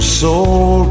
soul